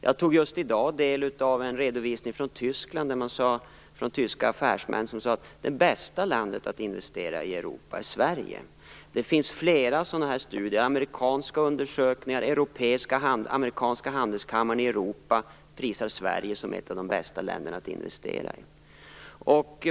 Jag tog just i dag del av en redovisning från Tyskland, där tyska affärsmän säger att det bästa landet i Europa att investera i är Sverige. Det har gjorts flera sådana studier. T.ex. amerikanska handelskammaren i Europa prisar Sverige som ett av de bästa länderna att investera i.